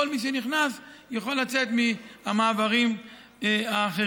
כל מי שנכנס יכול לצאת מהמעברים האחרים.